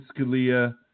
Scalia